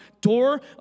door